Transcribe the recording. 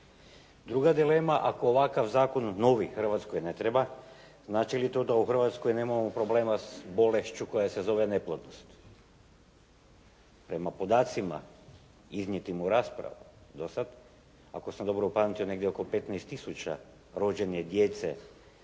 Druga dilema, ako ovakav zakon novi Hrvatskoj ne treba znači li to da u Hrvatskoj nemamo problema s bolešću koja se zove neplodnost? Prema podacima iznijetim u raspravama dosad, ako sam dobro upamtio negdje oko 15 tisuća rođene djece